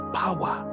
power